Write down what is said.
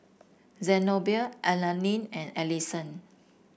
Zenobia Alani and Allison